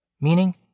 meaning